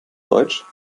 deutsch